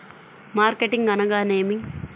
Marketing అనగానేమి?